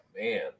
man